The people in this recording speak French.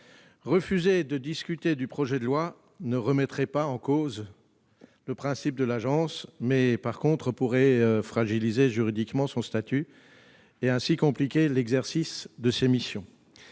Refuser de discuter du présent projet de loi ne remettrait pas en cause le principe de son existence. En revanche, cela pourrait fragiliser juridiquement son statut et, ainsi, compliquer l'exercice de ses missions.